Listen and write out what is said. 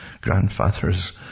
grandfathers